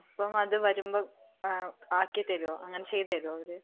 അപ്പോൾ അത് വരുമ്പം ആക്കിത്തരുമോ അങ്ങനെ ചെയ്തു തരുമോ അവർ